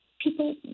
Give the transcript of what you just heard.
people